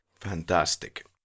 Fantastic